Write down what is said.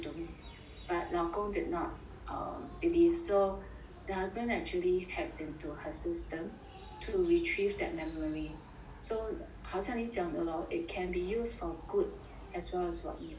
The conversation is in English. but 老公 did not um believe so the husband actually hacked into her system to retrieve that memory so 好像你讲的 lor it can be used for good as well as for evil